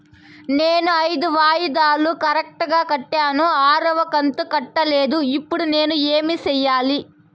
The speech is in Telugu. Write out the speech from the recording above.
నేను ఐదు వాయిదాలు కరెక్టు గా కట్టాను, ఆరవ కంతు కట్టలేదు, ఇప్పుడు నేను ఏమి సెయ్యాలి?